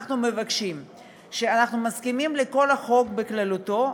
אנחנו מסכימים לכל החוק בכללותו,